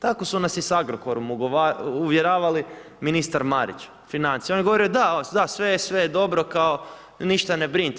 Tako su nas i sa Agrokorom uvjeravali ministar Marić financija, on je govorio da, sve je, sve je dobro kao, ništa ne brinite.